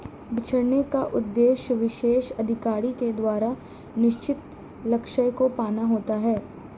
बिछड़ने का उद्देश्य विशेष अधिकारी के द्वारा निश्चित लक्ष्य को पाना होता है